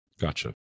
Gotcha